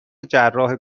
جراح